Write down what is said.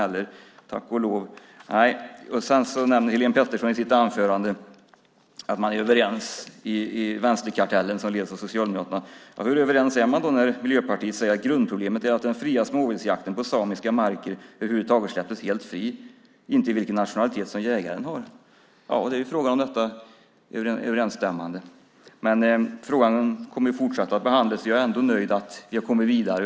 I sitt anförande nämner Helén Pettersson att man är överens i vänsterkartellen som leds av Socialdemokraterna. Hur överens är man när Miljöpartiet säger att grundproblemet är att den fria småviltsjakten på samiska marker över huvud taget släpptes helt fri, inte vilken nationalitet som jägaren har. Frågan är om detta är överensstämmande. Frågan kommer att fortsätta att behandlas. Jag är nöjd att vi har kommit vidare.